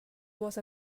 was